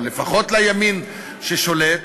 או לפחות לימין ששולט.